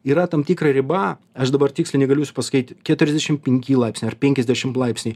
yra tam tikra riba aš dabar tiksliai negaliu jūsų pasakait keturiasdešim penki laipsniai ar penkiasdešim laipsniai